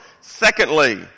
Secondly